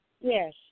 Yes